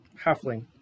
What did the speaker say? halfling